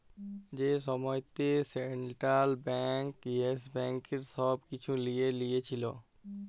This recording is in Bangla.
যে সময়তে সেলট্রাল ব্যাংক ইয়েস ব্যাংকের ছব কিছু লিঁয়ে লিয়েছিল